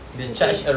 okay